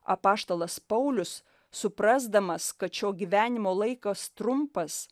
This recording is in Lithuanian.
apaštalas paulius suprasdamas kad šio gyvenimo laikas trumpas